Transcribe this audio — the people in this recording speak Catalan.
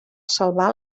salvar